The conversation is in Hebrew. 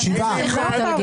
הצבעה לא אושרו.